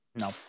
No